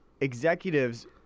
executives